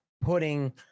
putting